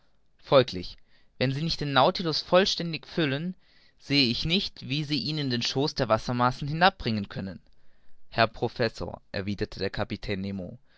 folglich wenn sie nicht den nautilus vollständig füllen sehe ich nicht wie sie ihn in den schoß der wassermassen hinabbringen können herr professor erwiderte der